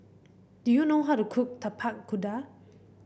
do you know how to cook Tapak Kuda